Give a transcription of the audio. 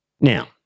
Now